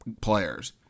players